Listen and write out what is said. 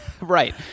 Right